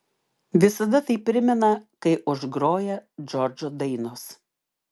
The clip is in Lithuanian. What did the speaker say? visada tai primena kai užgroja džordžo dainos